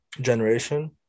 generation